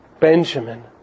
Benjamin